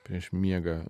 prieš miegą